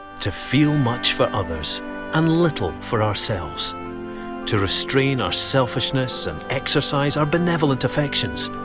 to feel much for others and little for ourselves to restrain our selfishness and exercise our benevolent affections,